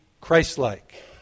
Christ-like